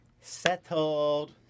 settled